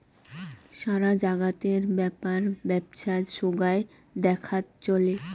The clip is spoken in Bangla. সারা জাগাতের ব্যাপার বেপছা সোগায় দেখাত চলে